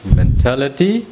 mentality